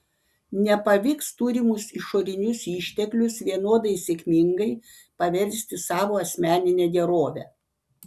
nepavyks turimus išorinius išteklius vienodai sėkmingai paversti savo asmenine gerove